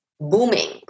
booming